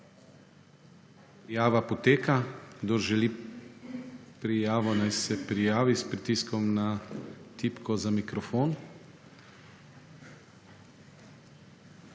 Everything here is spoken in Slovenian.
Prijava poteka. Kdor želi prijavo, naj se prijavi s pritiskom na tipko za mikrofon.